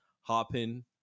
hopping